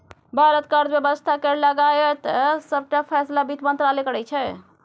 भारतक अर्थ बेबस्था केर लगाएत सबटा फैसला बित्त मंत्रालय करै छै